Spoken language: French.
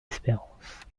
espérance